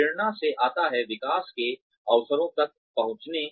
प्रेरणा से आता है विकास के अवसरों तक पहुँचाने